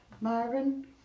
Marvin